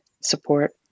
support